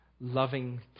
loving